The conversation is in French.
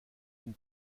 une